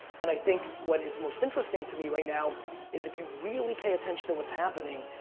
and i think what is most interesting to me right now is, if you really pay attention to what's happening,